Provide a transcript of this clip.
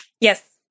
Yes